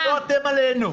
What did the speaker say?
לא אתם עלינו.